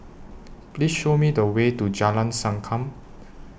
Please Show Me The Way to Jalan Sankam